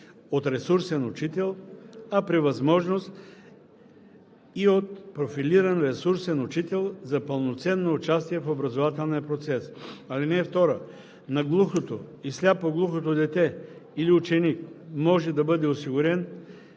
от ресурсен учител, а при възможност – и от профилиран ресурсен учител, за пълноценно участие в образователния процес. (2) На глухото и сляпо-глухото дете или ученик може да бъде осигурен